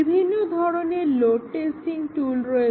বিভিন্ন ধরনের load testing tool রয়েছে